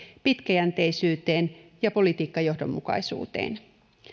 pitkäjänteisyyteen ja politiikkajohdonmukaisuuteen